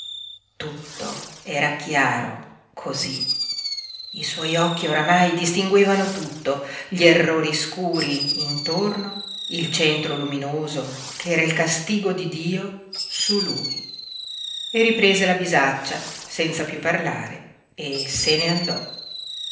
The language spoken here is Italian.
tutto era chiaro cosí i suoi occhi oramai distinguevano tutto gli errori scuri intorno il centro luminoso che era il castigo di dio su lui e riprese la bisaccia senza piú parlare e se ne andò